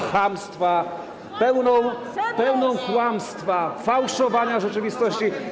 chamstwa, pełną kłamstwa, fałszowania rzeczywistości.